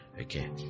Okay